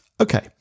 Okay